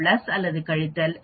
plus அல்லது கழித்தல்